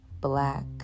black